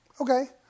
Okay